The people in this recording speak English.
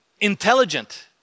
intelligent